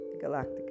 galactic